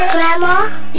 Grandma